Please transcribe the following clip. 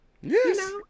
yes